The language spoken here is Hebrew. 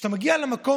כשאתה מגיע למקום,